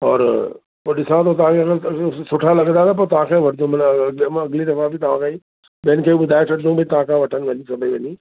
और पोइ ॾिसां थो तव्हांखे अगरि अगरि सु सुठा लॻंदा न पोइ तव्हांखे अॻिली दफा बि तव्हांखां ई ॿियनि खे बि ॿुधाए छॾिदुमि भई तव्हांखां वठनि वञ सभई वञी